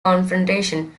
confrontation